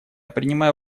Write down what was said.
принимаю